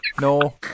No